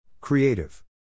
Creative